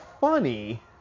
funny